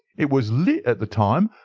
it was lit at the time,